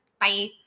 Bye